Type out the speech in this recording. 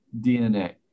DNA